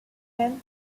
ten